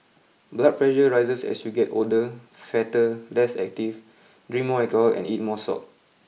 blood pressure rises as you get older fatter less active drink more alcohol and eat more salt